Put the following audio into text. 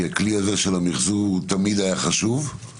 כמו